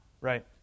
Right